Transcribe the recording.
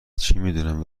چمیدونم